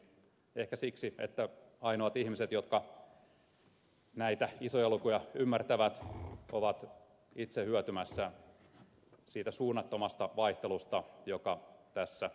ehkä siksi että ainoat ihmiset jotka näitä isoja lukuja ymmärtävät ovat itse hyötymässä siitä suunnattomasta vaihtelusta joka tässä syntyy